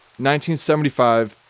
1975